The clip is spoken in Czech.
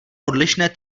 odlišné